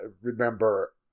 remember